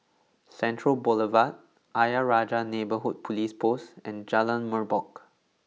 Central Boulevard Ayer Rajah Neighbourhood Police Post and Jalan Merbok